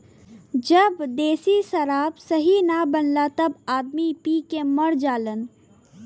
जब देशी शराब सही न बनला तब आदमी पी के मर जालन